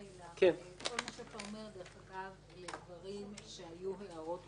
כל מה שאתה אומר אלה דברים שהיו הערות קודמות